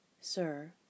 Sir